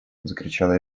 закричала